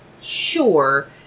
sure